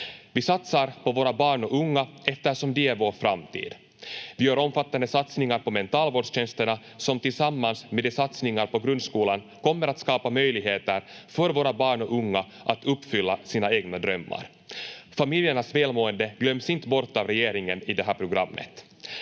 Vi satsar på våra barn och unga eftersom de är vår framtid. Vi gör omfattande satsningar på mentalvårdstjänsterna som tillsammans med satsningar på grundskolan kommer att skapa möjligheter för våra barn och unga att uppfylla sina egna drömmar. Familjernas välmående glöms inte bort av regeringen i det här programmet.